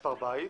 מספר בית